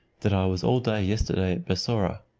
that i was all day yesterday at bussorah.